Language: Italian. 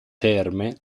terme